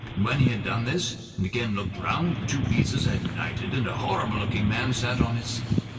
when he had done this and again looked around, the two pieces had united, and a horrible-looking man sat on his seat.